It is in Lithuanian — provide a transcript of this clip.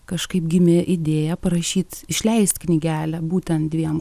kažkaip gimė idėja parašyt išleist knygelę būtent dviem